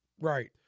Right